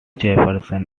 jefferson